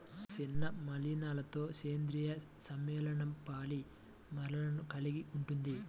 చిన్న మలినాలతోసేంద్రీయ సమ్మేళనంపాలిమర్లను కలిగి ఉంటుంది